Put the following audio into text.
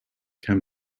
can